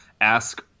ask